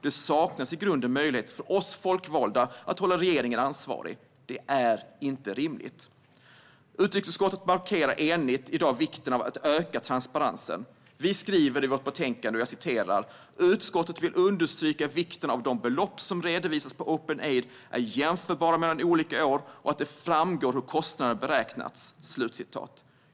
Det saknas i grunden möjligheter för oss folkvalda att hålla regeringen ansvarig. Det är inte rimligt. Ett enigt utrikesutskott markerar i dag vikten av att öka transparensen. Vi skriver i vårt betänkande: "Utskottet vill understryka vikten av att de belopp som redovisas på Openaid är jämförbara mellan olika år och att det framgår hur kostnaderna beräknats."